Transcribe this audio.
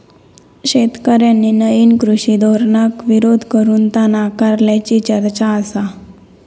शेतकऱ्यांनी नईन कृषी धोरणाक विरोध करून ता नाकारल्याची चर्चा आसा